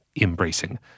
embracing